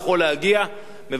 מבקש לדחות בשבוע.